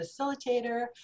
facilitator